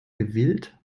gewillt